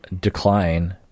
decline